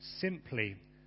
Simply